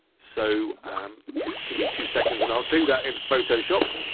so gimme two seconds and i'll do that in photoshop.